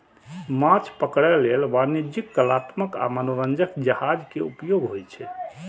माछ पकड़ै लेल वाणिज्यिक, कलात्मक आ मनोरंजक जहाज के उपयोग होइ छै